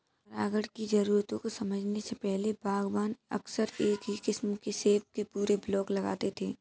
परागण की जरूरतों को समझने से पहले, बागवान अक्सर एक ही किस्म के सेब के पूरे ब्लॉक लगाते थे